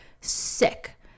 sick